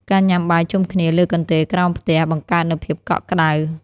ការញ៉ាំបាយជុំគ្នាលើកន្ទេលក្រោមផ្ទះ បង្កើតនូវភាពកក់ក្តៅ។